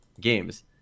games